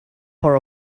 for